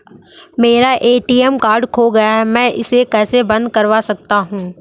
मेरा ATM card खो गया है मैं इसे कैसे बंद करवा सकता हूँ?